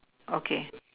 okay